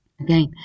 Again